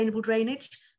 drainage